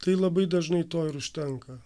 tai labai dažnai to ir užtenka